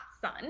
sun